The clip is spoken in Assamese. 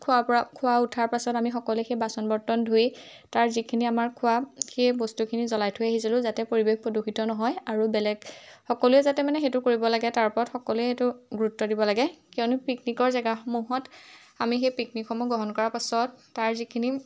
খোৱাৰ পৰা খোৱা উঠাৰ পাছত আমি সকলোৱে সেই বাচন বৰ্তন ধুই তাৰ যিখিনি আমাৰ খোৱা সেই বস্তুখিনি জ্বলাই থৈ আহিছিলোঁ যাতে পৰিৱেশ প্ৰদূষিত নহয় আৰু বেলেগ সকলোৱে যাতে মানে সেইটো কৰিব লাগে তাৰ ওপৰত সকলোৱে সেইটো গুৰুত্ব দিব লাগে কিয়নো পিকনিকৰ জেগাসমূহত আমি সেই পিকনিকসমূহ গ্ৰহণ কৰাৰ পাছত তাৰ যিখিনি